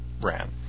ran